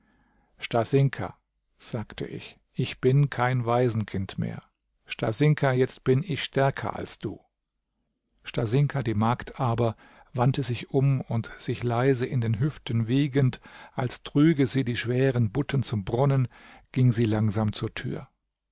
stasinka sagte ich ich bin kein waisenkind mehr stasinka jetzt bin ich stärker als du stasinka die magd aber wandte sich um und sich leise in den hüften wiegend als trüge sie die schweren butten zum brunnen ging sie langsam zur tür